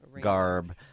garb